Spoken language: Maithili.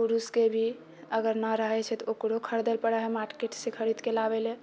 कुरुसके भी अगर नहि रहै छै तऽ ओकरो खरीदै पड़ै छै मार्केटसँ खरीदके लाबै लए